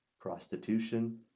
prostitution